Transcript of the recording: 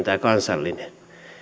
tämä kansallinen